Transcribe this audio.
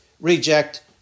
reject